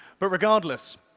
but regardless,